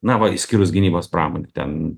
na va išskyrus gynybos pramonę ten